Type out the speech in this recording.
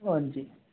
हां जी